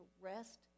rest